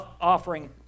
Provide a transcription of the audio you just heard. offering